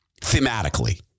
thematically